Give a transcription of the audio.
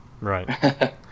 right